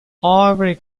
ivory